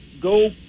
go